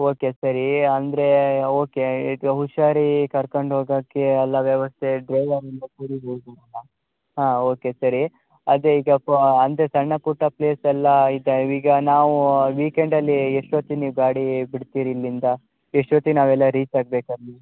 okay ಸರಿ ಅಂದ್ರೆ okay ಇದು ಹುಷಾರು ಈ ಕರ್ಕಂಡು ಹೋಗೋಕೆ ಎಲ್ಲ ವ್ಯವಸ್ಥೆ ಡ್ರೈವರಿಂದು ಹಾಂ ಓಕೆ ಸರಿ ಅದೆ ಈಗ ಫ ಅಂದರೆ ಸಣ್ಣ ಪುಟ್ಟ ಪ್ಲೇಸ್ ಎಲ್ಲ ಇದಾವೆ ಈಗ ನಾವು ವೀಕೆಂಡಲ್ಲಿ ಎಷ್ಟೊತಿಗೆ ನೀವು ಗಾಡಿ ಬಿಡ್ತೀರ ಇಲ್ಲಿಂದ ಎಷ್ಟೊತಿಗೆ ನಾವೆಲ್ಲ ರೀಚಾಗ್ಬೇಕು ಅಲ್ಲಿ